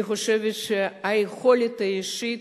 היכולת האישית,